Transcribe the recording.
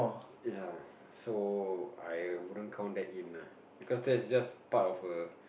ya so I wouldn't count that in ah because that's just part of a